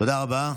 תודה רבה.